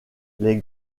les